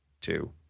two